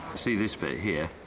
see this bit here,